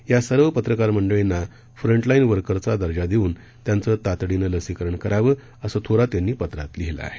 या सर्व पत्रकार मंडळींना फ्रंटलाईन वर्कर दर्जा देऊन त्यांचं तातडीनं लसीकरण करावं असं थोरात यांनी पत्रात लिहिलं आहे